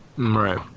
right